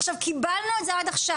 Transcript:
עכשיו קיבלנו את זה עד עכשיו,